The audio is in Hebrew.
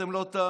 אתם לא תאמינו,